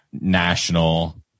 national